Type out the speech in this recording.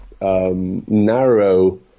narrow